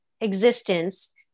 existence